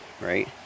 right